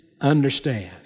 understand